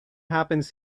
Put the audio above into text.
happens